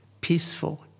peaceful